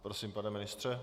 Prosím, pane ministře.